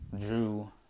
Drew